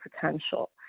potential